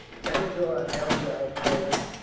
tanjore held out bravely.